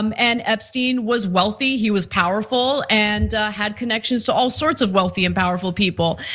um and epstein was wealthy, he was powerful and had connections to all sorts of wealthy and powerful people.